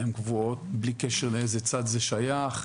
הן קבועות בלי קשר לאיזה צד זה שייך,